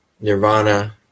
nirvana